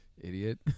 Idiot